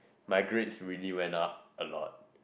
my grades really went up a lot